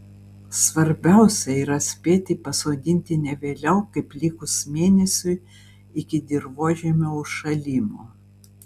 svarbiausia yra spėti pasodinti ne vėliau kaip likus mėnesiui iki dirvožemio užšalimo